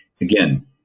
again